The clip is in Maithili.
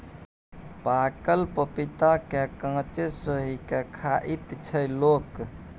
पाकल पपीता केँ कांचे सोहि के खाइत छै लोक